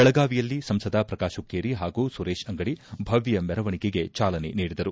ಬೆಳಗಾವಿಯಲ್ಲಿ ಸಂಸದ ಪ್ರಕಾಶ್ ಮಕ್ಕೇರಿ ಪಾಗೂ ಸುರೇಶ್ ಅಂಗಡಿ ಭವ್ನ ಮರವಣಿಗೆಗೆ ಚಾಲನೆ ನೀಡಿದರು